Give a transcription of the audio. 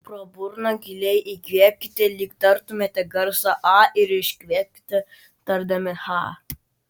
pro burną giliai įkvėpkite lyg tartumėte garsą a ir iškvėpkite tardami cha